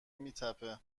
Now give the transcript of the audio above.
میتپه